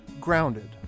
Grounded